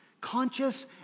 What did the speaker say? conscious